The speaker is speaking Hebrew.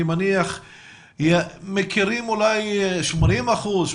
אני מניח שמכירים אולי 80 אחוזים,